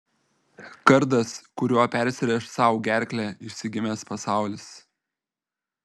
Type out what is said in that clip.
kardas kuriuo persirėš sau gerklę išsigimęs pasaulis